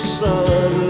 sun